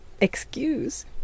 excuse